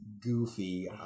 goofy